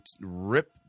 rip